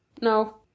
no